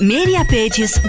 Mediapages